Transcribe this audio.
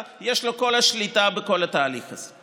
יש לו את כל השליטה בכל התהליך הזה.